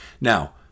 Now